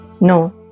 No